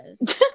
Yes